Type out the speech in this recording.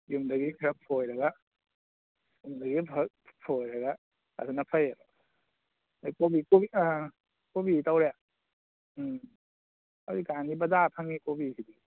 ꯌꯨꯝꯗꯒꯤ ꯈꯔ ꯐꯣꯏꯔꯒ ꯌꯨꯝꯗꯒꯤ ꯈꯔ ꯐꯣꯏꯔꯒ ꯑꯗꯨꯅ ꯐꯩꯌꯦꯕ ꯑꯗꯩ ꯀꯣꯕꯤ ꯀꯣꯕꯤ ꯑꯥ ꯀꯣꯕꯤꯁꯨ ꯇꯧꯔꯦ ꯎꯝ ꯍꯧꯖꯤꯛꯀꯥꯟꯒꯤ ꯕꯖꯥꯔꯗ ꯐꯪꯉꯤ ꯀꯣꯕꯤꯁꯤꯗꯤ